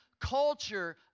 culture